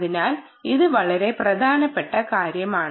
അതിനാൽ അത് വളരെ പ്രധാനപ്പെട്ട കാര്യമാണ്